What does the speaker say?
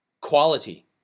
Quality